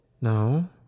No